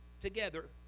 together